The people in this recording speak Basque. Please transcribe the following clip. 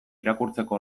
irakurtzeko